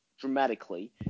dramatically